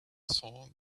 saw